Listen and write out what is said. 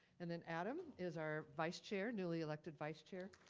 and then adam is our vice chair, newly elected vice chair.